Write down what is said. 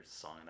song